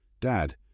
Dad